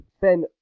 ben